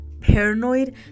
paranoid